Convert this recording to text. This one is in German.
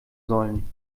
sollen